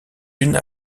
unes